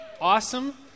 awesome